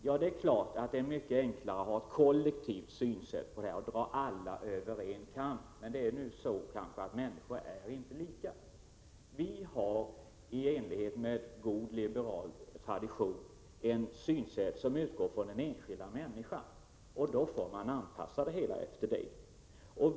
Ja, det är klart att det är mycket enklare att anlägga ett kollektivt synsätt och dra alla över en kam, men det är nu så att människor inte är lika. Vi har i enlighet med god liberal tradition ett synsätt som utgår från den enskilda människan och anpassar oss efter det.